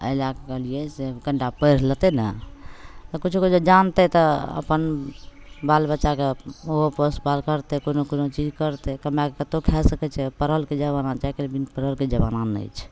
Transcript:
एहि लैके कहलिए से कनिटा पढ़ि लेतै ने किछु किछु जानतै तऽ अपन बाल बच्चाकेँ ओहो पोस पाल करतै कोनो कोनो चीज करतै कमैके कतहु खा सकै छै पढ़लके जमाना छै आइकाल्हि बिना पढ़लके जमाना नहि छै